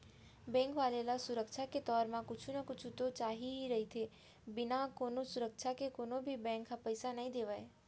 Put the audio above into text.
bank वाले ल सुरक्छा के तौर म कुछु न कुछु तो चाही ही रहिथे, बिना कोनो सुरक्छा के कोनो भी बेंक ह पइसा नइ देवय